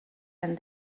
and